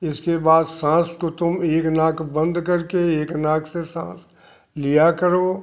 इसके बाद साँस को तुम एक नाक बंद करके एक नाक से साँस लिया करों